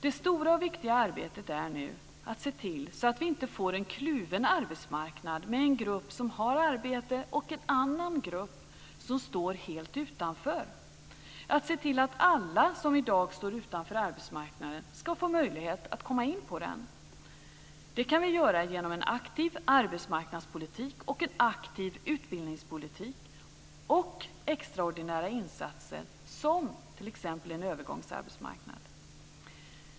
Det stora och viktiga arbetet är nu att se till att vi inte får en kluven arbetsmarknad med en grupp som har arbete och en annan som står helt utanför, att se till att alla som i dag står utanför arbetsmarknaden ska få möjlighet att komma in på den. Det kan vi göra genom en aktiv arbetsmarknadspolitik och en aktiv utbildningspolitik och extraordinära insatser, som t.ex. en övergångsarbetsmarknad.